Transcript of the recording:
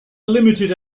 limited